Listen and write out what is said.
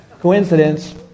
coincidence